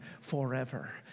forever